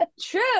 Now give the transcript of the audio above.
True